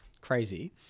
crazy